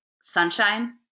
Sunshine